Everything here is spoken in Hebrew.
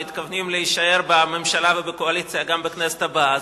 מתכוונים להישאר בממשלה ובקואליציה גם בכנסת הבאה,